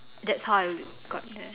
that's how I got there